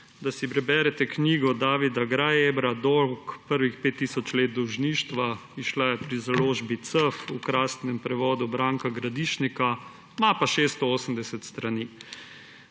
da si preberete knjigo Davida Graeberja Dolg: prvih 5000 let dolžništva, izšla je pri Založbi /\*cf v krasnem prevodu Branka Gradišnika, ima pa 680 strani.